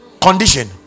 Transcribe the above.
Condition